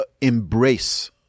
embrace